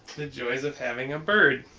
the joys of having a bird